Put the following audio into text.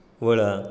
vada